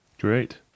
Great